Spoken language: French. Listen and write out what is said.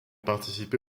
participé